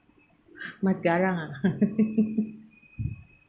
must garang ah